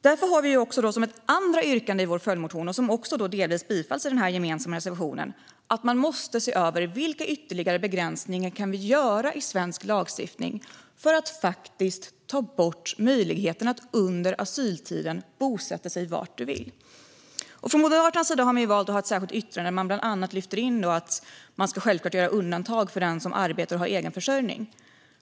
Därför har vi ett andra yrkande i vår följdmotion, som delvis bifalls i den gemensamma reservationen, om att vi måste se över vilka ytterligare begränsningar vi kan göra i svensk lagstiftning för att faktiskt ta bort möjligheten för människor att under asyltiden bosätta sig var de vill. Moderaterna har valt att ha ett särskilt yttrande där de bland annat lyfter in att man självklart ska göra undantag för den som arbetar och har egen försörjning.